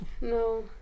No